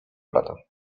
brata